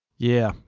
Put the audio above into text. yeah,